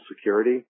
security